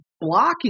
blocking